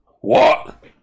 What